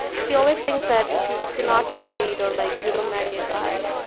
she always thinks that if you if you're not married or like you don't marry a guy,